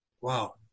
Wow